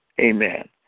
Amen